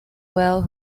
well